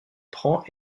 prend